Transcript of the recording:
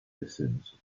descenso